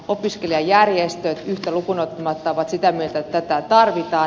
opiskelijajärjestöt yhtä lukuun ottamatta ovat sitä mieltä että tätä tarvitaan